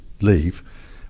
leave